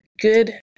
good